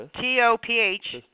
T-O-P-H